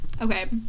Okay